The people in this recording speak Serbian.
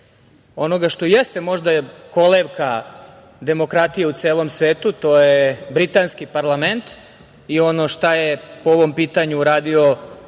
onoga što jeste možda kolevka demokratije u celom svetu, a to je britanski parlament i ono šta je po ovom pitanju uradio